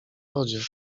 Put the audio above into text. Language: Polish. wodzie